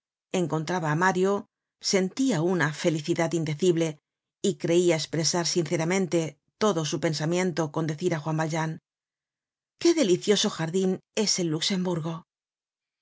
encontraba á mario sentia una felicidad indecible y creia espresar sinceramente todo su pensamiento con decir á juan valjean qué delicioso jardin es el luxemburgo